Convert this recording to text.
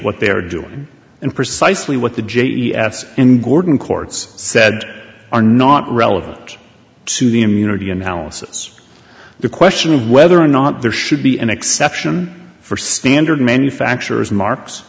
what they are doing and precisely what the j b s in gordon courts said are not relevant to the immunity analysis the question of whether or not there should be an exception for standard ma